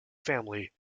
family